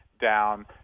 down